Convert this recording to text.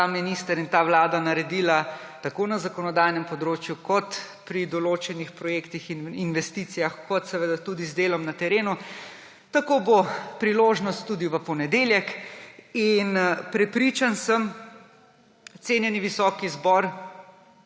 minister in ta vlada naredila tako na zakonodajnem področju kot pri določenih projektih in investicijah, kot tudi z delom na terenu, tako bo priložnost tudi v ponedeljek. Prepričan sem, cenjeni visoki zbor,